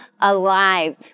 alive